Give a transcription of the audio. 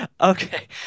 Okay